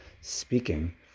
speaking